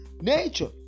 nature